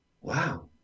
Wow